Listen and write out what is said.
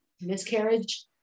miscarriage